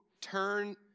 turn